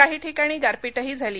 काही ठिकाणी गारपीटही झाली